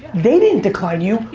they didn't decline you,